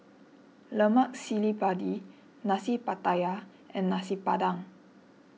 Lemak Cili Padi Nasi Pattaya and Nasi Padang